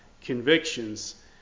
convictions